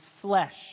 flesh